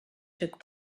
took